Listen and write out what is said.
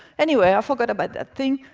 anyway, i forgot about that thing,